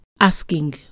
asking